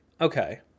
Okay